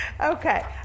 Okay